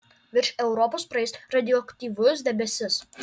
virš europos praeis radioaktyvus debesis